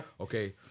Okay